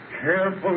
Careful